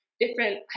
different